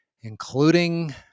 including